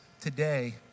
today